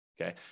Okay